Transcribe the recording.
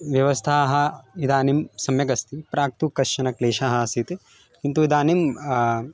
व्यवस्थाः इदानिं सम्यकस्ति प्राक्तु कश्चन क्लेशः आसीत् किन्तु इदानीं